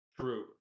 True